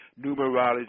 Numerology